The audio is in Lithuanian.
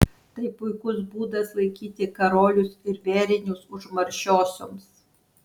tai puikus būdas laikyti karolius ir vėrinius užmaršiosioms